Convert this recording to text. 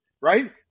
right